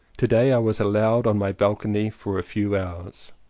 to-day i was allowed on my balcony for a few hours.